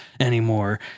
anymore